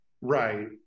Right